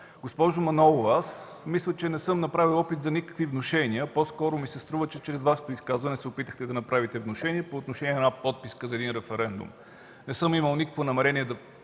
Госпожо Манолова, мисля, че не съм направил опит за никакви внушения. По-скоро ми се струва, че във Вашето изказване се опитахте да направите внушение по отношение на една подписка за един референдум. Не съм имал никакво намерение да